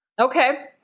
Okay